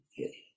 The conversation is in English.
okay